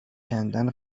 کندن